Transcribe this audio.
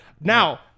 now